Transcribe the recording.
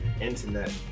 Internet